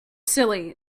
silly